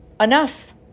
Enough